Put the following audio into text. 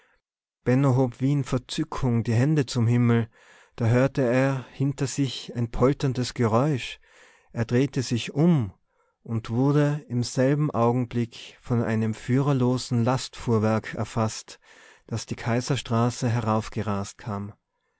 hob wie in verzückung die hände zum himmel da hörte er hinter sich ein polterndes geräusch er drehte sich um und wurde im selbem augenblick von einem führerlosen lastfuhrwerk erfaßt das die kaiserstraße heraufgerast kam